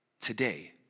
today